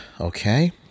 Okay